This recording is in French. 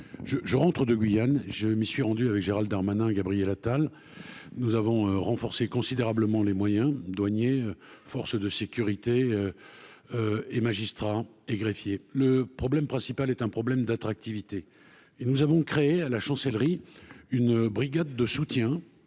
je rentre de Guyane, je m'y suis rendu avec Gérald Darmanin Gabriel Attal, nous avons renforcé considérablement les moyens douaniers, forces de sécurité et magistrats et greffiers le problème principal est un problème d'attractivité et nous avons créé à la chancellerie, une brigade de soutien.